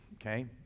okay